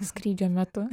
skrydžio metu